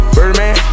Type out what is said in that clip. Birdman